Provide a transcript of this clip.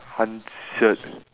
hundred